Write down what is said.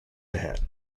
ahead